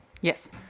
Yes